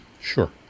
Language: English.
Sure